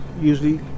usually